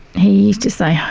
he used to say